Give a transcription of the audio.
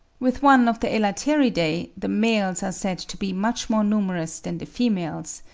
with one of the elateridae, the males are said to be much more numerous than the females,